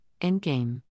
Endgame